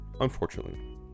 unfortunately